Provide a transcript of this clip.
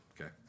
Okay